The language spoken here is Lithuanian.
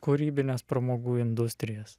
kūrybines pramogų industrijas